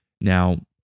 Now